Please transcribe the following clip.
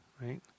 right